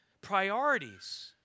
priorities